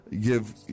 give